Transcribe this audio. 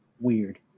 weird